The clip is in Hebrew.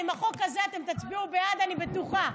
עם החוק הזה, אתם תצביעו בעד, אני בטוחה.